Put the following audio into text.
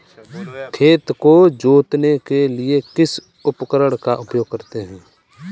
खेत को जोतने के लिए किस उपकरण का उपयोग करते हैं?